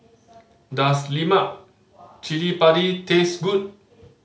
does lemak cili padi taste good